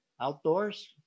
Outdoors